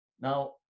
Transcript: Now